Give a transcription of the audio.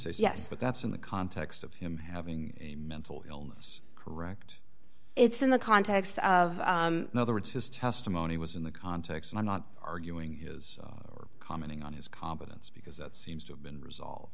say yes but that's in the context of him having a mental illness correct it's in the context of other words his testimony was in the context and i'm not arguing his or commenting on his competence because that seems to have been resolved